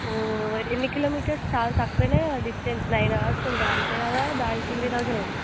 ఎన్ని కిలోమీటర్స్ చాలా తక్కువ డిస్టెన్స్ నైన్ అవర్స్ ఉంటుంది అంతే కదా దానికి త్రీ థౌసండ్